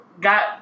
got